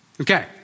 Okay